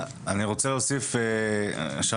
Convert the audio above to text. שרן, אני רוצה להוסיף משהו.